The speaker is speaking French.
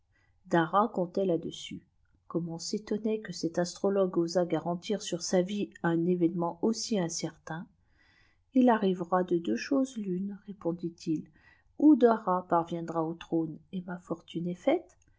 là-dessus comme on s'étonnait que àa mbtnkfgat fsat gar atir sur sa vie un événement aussi incer tedn il arrita de deux choses l'une répondit-il où darah fvmidra an trône et loa fortune est feite